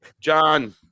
John